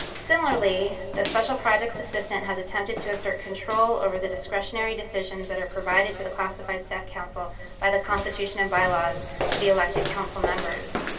similarly, the special projects assistant has attempted to assert control over the digressionary decisions that are provided to the classified staff council by the constitution and bylaws to the elected council members.